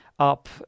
up